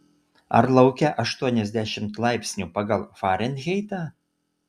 ar lauke aštuoniasdešimt laipsnių pagal farenheitą